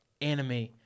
anime